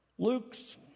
Luke's